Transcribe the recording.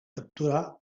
capturar